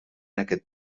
aquest